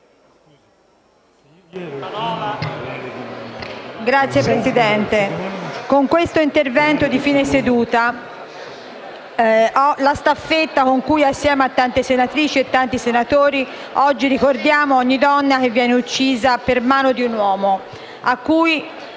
Signora Presidente, con questo intervento di fine seduta continuo la staffetta con cui, assieme a tante senatrici e senatori, oggi ricordiamo ogni donna che viene uccisa per mano di un uomo a cui